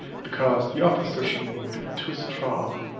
because the opposition would be too strong.